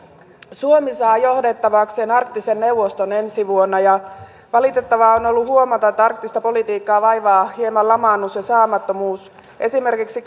suomi saa johdettavakseen arktisen neuvoston ensi vuonna ja valitettavaa on ollut huomata että arktista politiikkaa vaivaa hieman lamaannus ja saamattomuus esimerkiksi